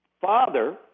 father